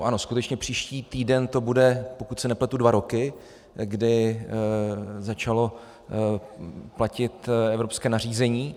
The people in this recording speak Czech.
Ano, skutečně příští týden to budou, pokud se nepletu, dva roky, kdy začalo platit evropské nařízení.